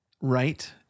right